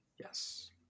Yes